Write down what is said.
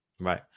Right